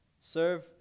Serve